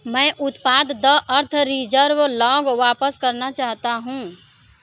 मैं उत्पाद the earth reserve लौंग वापस करना चाहता हूँ